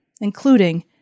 including